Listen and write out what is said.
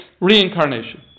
reincarnation